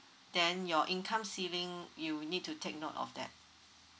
then your income ceiling you will need to take note of that